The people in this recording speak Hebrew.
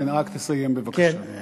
כן, רק תסיים בבקשה.